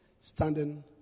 standing